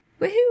Woohoo